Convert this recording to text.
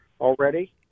already